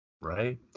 right